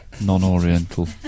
non-Oriental